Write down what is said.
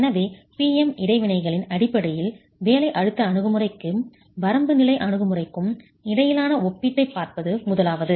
எனவே P M இடைவினைகளின் அடிப்படையில் வேலை அழுத்த அணுகுமுறைக்கும் வரம்பு நிலை அணுகுமுறைக்கும் இடையிலான ஒப்பீட்டைப் பார்ப்பது முதலாவது